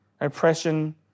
oppression